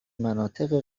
مناطق